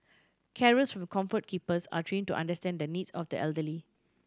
carers from Comfort Keepers are trained to understand the needs of the elderly